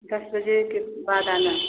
दस बजे के बाद आना